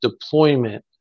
deployment